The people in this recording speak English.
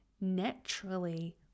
naturally